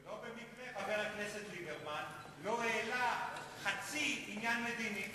ולא במקרה חבר הכנסת ליברמן לא העלה חצי עניין מדיני,